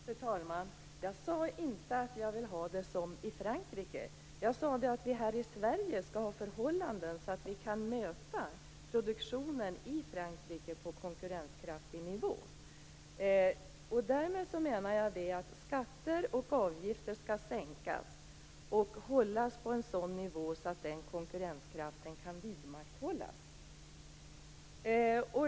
Fru talman! Jag sade inte att jag vill ha det som i Frankrike. Jag sade att vi här i Sverige skall ha förhållanden som gör att vi kan möta produktionen i Frankrike på en konkurrenskraftig nivå. Jag menar att skatter och avgifter skall sänkas och hållas på en sådan nivå att konkurrenskraften kan vidmakthållas.